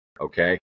okay